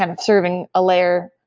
kind of serving a layer,